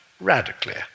radically